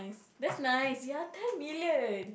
that's nice ya ten million